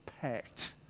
packed